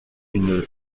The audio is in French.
une